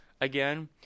again